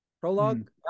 prologue